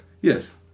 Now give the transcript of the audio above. yes